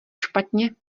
špatně